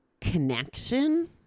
connection